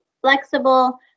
flexible